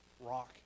rock